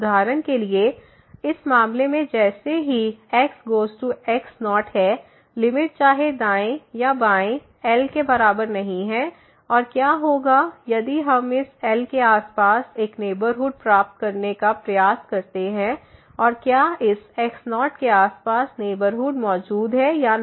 उदाहरण के लिए इस मामले में जैसे ही x गोज़ टू x0है लिमिट चाहे दाएं या बाएं L के बराबर नहीं है और क्या होगा यदि हम इस L के आसपास एक नेबरहुड प्राप्त करने का प्रयास करते हैं और क्या इस x0 के आसपास नेबरहुड मौजूद है या नहीं